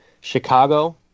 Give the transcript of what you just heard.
Chicago